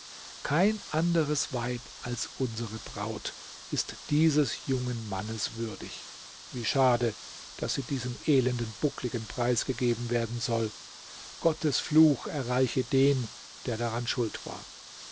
kein anderes weib als unsere braut ist dieses jungen mannes würdig wie schade daß sie diesem elenden buckligen preisgegeben werden soll gottes fluch erreiche den der daran schuld war